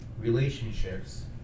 relationships